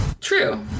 true